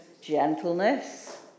Gentleness